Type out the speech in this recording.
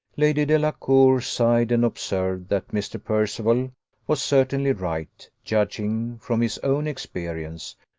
lady delacour sighed, and observed that mr. percival was certainly right, judging from his own experience,